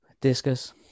discus